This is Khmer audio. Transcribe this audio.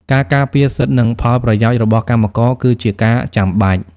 ការការពារសិទ្ធិនិងផលប្រយោជន៍របស់កម្មករគឺជាការចាំបាច់។